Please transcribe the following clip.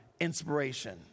inspiration